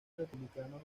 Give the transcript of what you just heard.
republicano